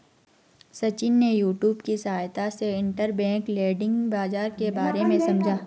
सचिन ने यूट्यूब की सहायता से इंटरबैंक लैंडिंग बाजार के बारे में समझा